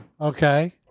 Okay